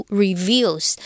reveals